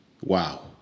wow